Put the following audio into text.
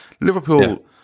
Liverpool